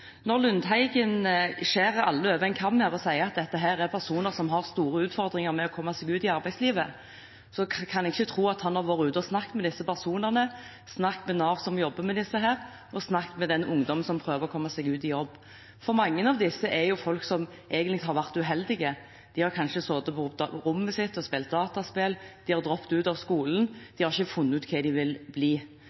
Når Lundteigen skjærer alle over én kam her og sier at dette er personer som har store utfordringer med å komme seg ut i arbeidslivet, kan jeg ikke tro at han har vært ute og snakket med disse personene, snakket med Nav, som jobber med dem, og snakket med den ungdommen som prøver å komme seg ut i jobb. Mange av disse er folk som egentlig har vært uheldige, de har kanskje sittet på rommet sitt og spilt dataspill, de har droppet ut av skolen, de har ikke funnet ut hva de vil bli.